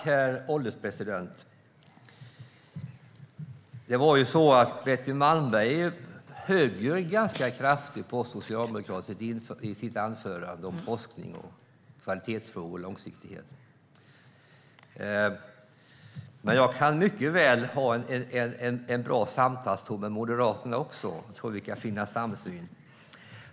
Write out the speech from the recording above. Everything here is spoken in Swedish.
Herr ålderspresident! Betty Malmberg högg ganska kraftigt på Socialdemokraterna i sitt anförande om forskning, kvalitetsfrågor och långsiktighet. Men jag kan mycket väl ha en bra samtalston med Moderaterna också och tror att vi kan finna samsyn.